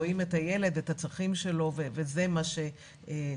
רואים את הילד ואת הצרכים שלו וזה מה שקובע.